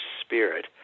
spirit